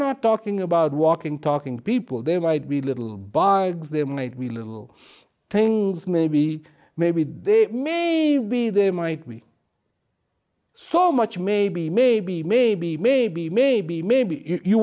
not talking about walking talking people there might be little bugs there might be little things maybe maybe they may be there might we so much maybe maybe maybe maybe maybe maybe you